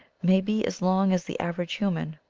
may be as long as the average human.